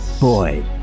boy